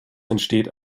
entsteht